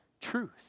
truth